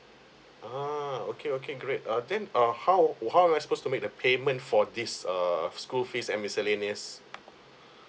ah okay okay great uh then uh how how am I supposed to make the payment for this err school fees and miscellaneous